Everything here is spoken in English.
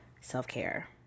self-care